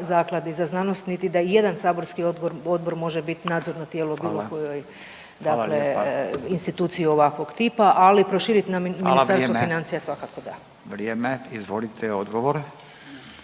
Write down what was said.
Zakladi za znanost niti da i jedan saborski odbor može biti nadzorno tijelo bilo kojoj, dakle instituciji ovakvog tipa. …/Upadica Radin: Hvala. Vrijeme./… Ali proširiti